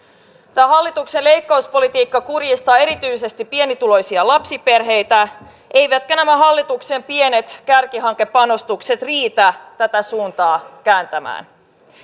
tämä hallituksen leikkauspolitiikka kurjistaa erityisesti pienituloisia lapsiperheitä eivätkä nämä hallituksen pienet kärkihankepanostukset riitä tätä suuntaa kääntämään